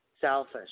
selfish